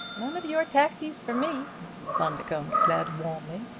none of your taxis for me! mrs. bundercombe declared warmly.